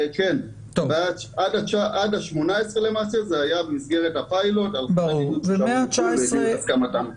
חבי בידוד ששבו מחו"ל והביעו את הסכמתם.